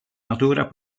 natura